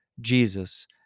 Jesus